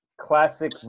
Classic